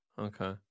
Okay